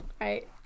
right